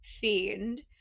fiend